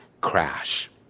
crash